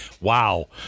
wow